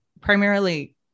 primarily